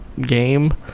game